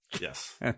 yes